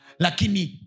Lakini